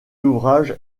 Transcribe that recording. ouvrage